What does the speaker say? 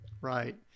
Right